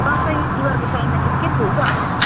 दसैँ तिहारको टाइममा ठिक्कै फुल्छ होला